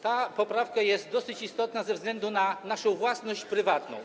Ta poprawka jest dosyć istotna ze względu na naszą własność prywatną.